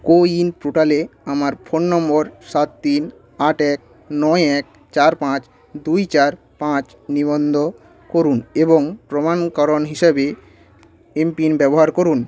CoWIN পোর্টালে আমার phone নম্বর সাত তিন আট এক নয় এক চার পাঁচ দুই চার পাঁচ নিবন্ধ করুন এবং প্রমাণকরণ হিসাবে এমপিন ব্যবহার করুন